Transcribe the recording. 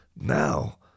now